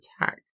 attack